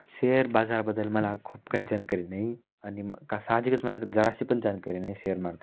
share बाजारबद्दल मला खूप काही जानकारी नाही आणि मग का सहाजिकच मला जराशीपण जानकारी नाही शेअर मार्केट